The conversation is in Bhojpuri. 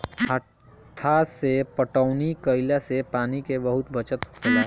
हत्था से पटौनी कईला से पानी के बहुत बचत होखेला